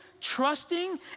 trusting